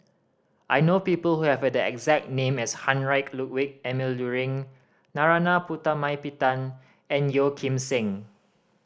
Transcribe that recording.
I know people who have the exact name as Heinrich Ludwig Emil Luering Narana Putumaippittan and Yeo Kim Seng